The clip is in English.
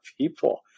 people